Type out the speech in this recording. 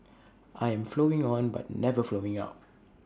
I am flowing on but never flowing out